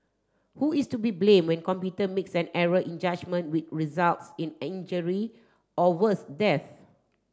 who is to be blamed when computer makes an error in judgement which results in injury or worse death